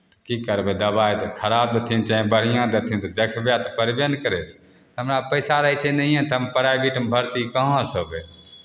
की करबै दबाइ तऽ खराब देथिन चाहे बढ़िआँ देथिन तऽ देखबय तऽ पड़बे ने करै छै हमरा पैसा रहै छै नहिएँ तऽ हम प्राइभेटमे भरती कहाँसँ होयबै